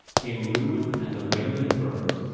came ruin and the rain that burns,